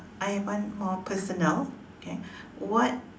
I have one more personal okay what